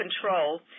control